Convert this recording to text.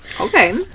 Okay